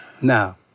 Now